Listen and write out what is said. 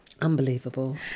Unbelievable